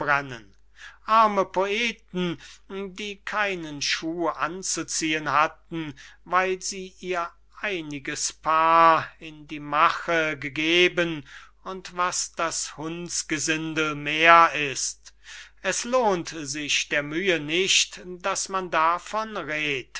arme poeten die keinen schuh anzuziehen hatten weil sie ihr einziges paar in die mache gegeben und was das hundsgesindel mehr ist es lohnt sich der mühe nicht daß man davon